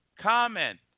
Comment